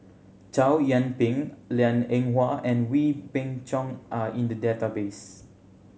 Chow Yian Ping Liang Eng Hwa and Wee Beng Chong are in the database